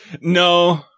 No